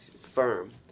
firm